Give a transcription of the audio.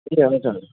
ए हजुर